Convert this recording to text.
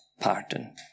pardon